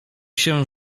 się